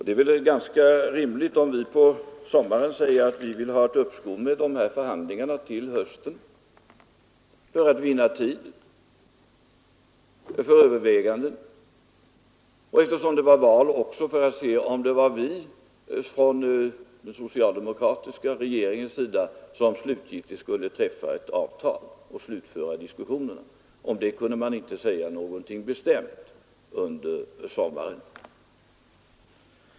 Det är väl ganska rimligt om vi på sommaren begärde ett uppskov med förhandlingarna till hösten; för att vinna tid, för överväganden och — eftersom det var val — för att se om det var vi i den socialdemokratiska regeringen som slutgiltigt skulle träffa ett avtal och slutföra diskussionerna. Om det kunde man inte säga någonting bestämt under sommaren.